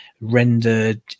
rendered